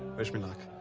wish me luck.